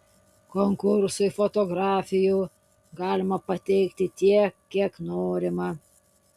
konkursui fotografijų galima pateikti tiek kiek norima